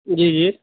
जी जी